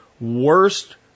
worst